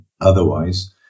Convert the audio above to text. Otherwise